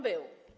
Był.